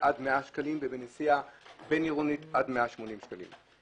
עד 100 שקלים ובנסיעה בין-עירונית עד 180 שקלים.